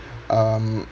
um